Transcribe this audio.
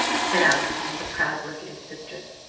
said allison with a proud look at his sister.